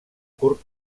curt